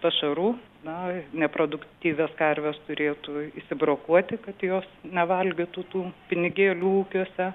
pašarų na neproduktyvias karves turėtų išsibrokuoti kad jos nevalgytų tų pinigėlių ūkiuose